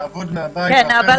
לעבוד מהבית ואחרי זה יפצו.